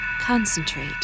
Concentrate